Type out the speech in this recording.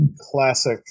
classic